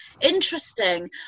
interesting